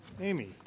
Amy